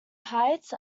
heights